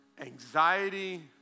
anxiety